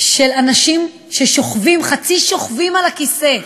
של אנשים ששוכבים, חצי שוכבים, על הכיסא,